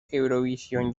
eurovisión